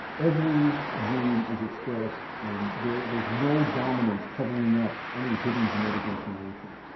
every gene is expressed, and there's there's no dominance covering up any hidden genetic information.